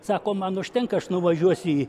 sako man užtenka aš nuvažiuosiu į